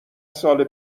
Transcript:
سال